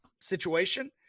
situation